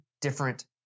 different